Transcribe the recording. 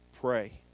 pray